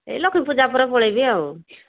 ଏଇ ଲକ୍ଷ୍ମୀପୂଜା ପରେ ପଳେଇବି ଆଉ